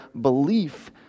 belief